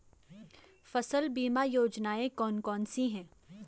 फसल बीमा योजनाएँ कौन कौनसी हैं?